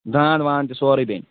دانٛد وانٛد تہِ سورُے بنہِ